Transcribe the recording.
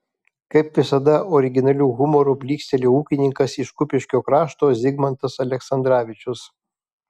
kaip visada originaliu humoru blykstelėjo ūkininkas iš kupiškio krašto zigmantas aleksandravičius